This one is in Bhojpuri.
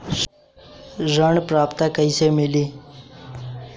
ऋण पात्रता कइसे मिली?